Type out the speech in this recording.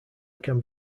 can